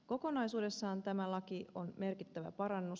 kokonaisuudessaan tämä laki on merkittävä parannus